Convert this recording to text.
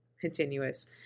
continuous